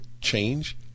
change